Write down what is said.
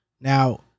Now